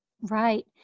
Right